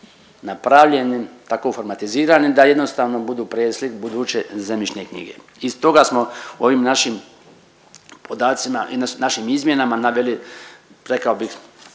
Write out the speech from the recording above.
napravljeni, tako formatizirani da jednostavno budu preslik buduće zemljišne knjige. I stoga smo ovim našim podacima i našim izmjenama naveli rekao bih